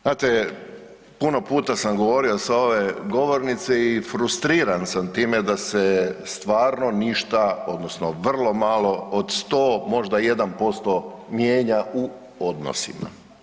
Znate, puno puta sam govorio sa ove govornice i frustriran sam time da se stvarno ništa odnosno vrlo malo od 100 možda 1% mijenja u odnosima.